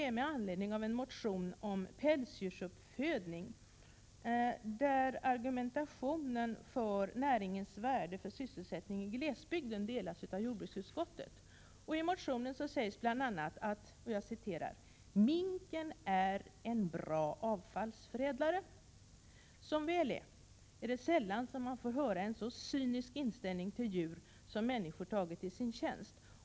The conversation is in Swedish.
Frågan föranleds av en motion om pälsdjursuppfödning. Argumenten för näringens värde för sysselsättningen i glesbygd delas av jordbruksutskottet. I den aktuella motionen sägs bl.a. att ”minken är en bra avfallsförädlare”. Som väl är hör man sällan talas om en så cynisk inställning till djur som människor tagit i sin tjänst.